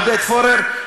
עודד פורר,